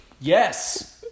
Yes